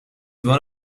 one